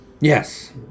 Yes